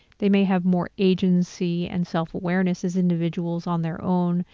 they may have more agency and self awareness as individuals on their own,